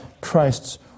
Christ's